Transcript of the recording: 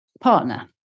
partner